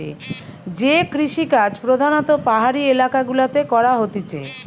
যে কৃষিকাজ প্রধাণত পাহাড়ি এলাকা গুলাতে করা হতিছে